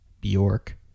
Bjork